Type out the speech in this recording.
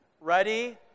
Ready